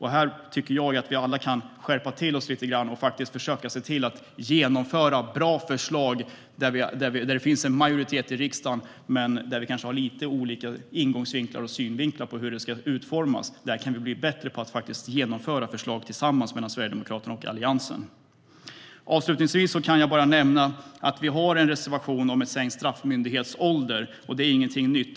Här tycker jag att vi alla kan skärpa till oss lite grann och försöka se till att genomföra bra förslag som det finns majoritet i riksdagen för men där vi kanske har lite olika ingångsvinklar och synvinklar vad gäller utformningen. Där kan vi bli bättre på att genomföra förslag tillsammans mellan Sverigedemokraterna och Alliansen. Avslutningsvis vill jag bara nämna att vi har en reservation om sänkt straffmyndighetsålder, och det är ingenting nytt.